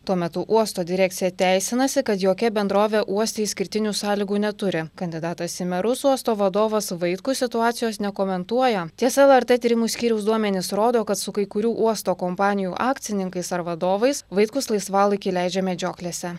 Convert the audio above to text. tuo metu uosto direkcija teisinasi kad jokia bendrovė uoste išskirtinių sąlygų neturi kandidatas į merus uosto vadovas vaitkus situacijos nekomentuoja tiesa lrt tyrimų skyriaus duomenys rodo kad su kai kurių uosto kompanijų akcininkais ar vadovais vaitkus laisvalaikį leidžia medžioklėse